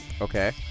Okay